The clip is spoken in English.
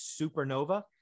supernova